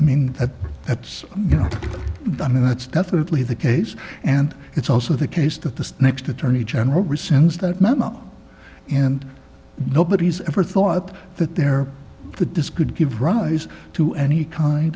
i mean that that's you know i mean that's definitely the case and it's also the case that the next attorney general resends that memo and nobody's ever thought that they're the disk could give rise to any kind